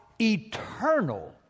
eternal